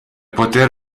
poter